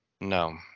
no